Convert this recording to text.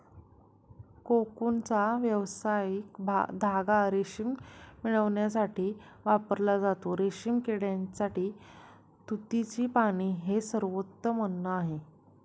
कोकूनचा व्यावसायिक धागा रेशीम मिळविण्यासाठी वापरला जातो, रेशीम किड्यासाठी तुतीची पाने हे सर्वोत्तम अन्न आहे